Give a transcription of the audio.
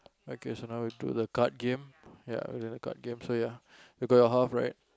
okay so now we'll do the card game ya the card game so ya you got your half right